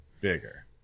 bigger